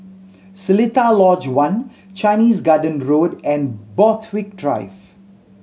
Seletar Lodge One Chinese Garden Road and Borthwick Drive